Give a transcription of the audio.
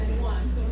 was